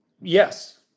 Yes